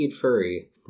furry